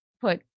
put